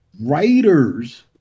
writers